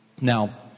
Now